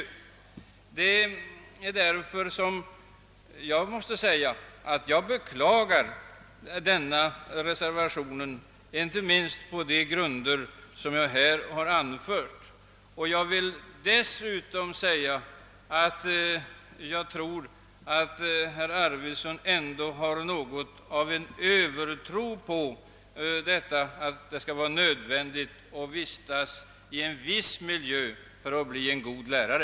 Därför beklagar jag denna reservation inte minst på de grunder jag här anfört. Dessutom tror jag att herr Arvidson har något av en övertro på detta att det skall vara nödvändigt att vistas i en viss miljö för att man skall bli en god lärare.